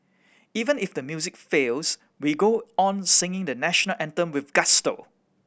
even if the music fails we go on singing the National Anthem with gusto